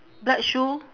black shoe